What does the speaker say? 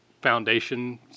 foundation